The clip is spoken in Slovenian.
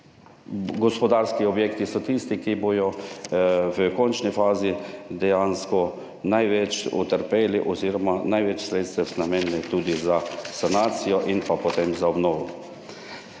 gospodarski objekti so tisti, ki bodo v končni fazi dejansko največ utrpeli oziroma največ sredstev namenili tudi za sanacijo in pa potem za obnovo.